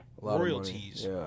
royalties